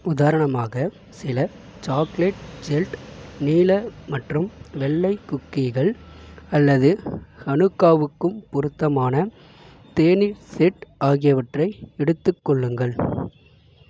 உதாரணமாக சில chocolate gelt நீல மற்றும் வெள்ளை குக்கீகள் அல்லது ஹனுக்காவுக்கு பொருத்தமான தேநீர் செட் ஆகியவற்றை எடுத்துக் கொள்ளுங்கள்